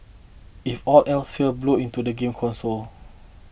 if all else fails blow into the game console